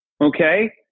okay